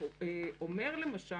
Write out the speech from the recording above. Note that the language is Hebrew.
מה הייתה